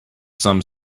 some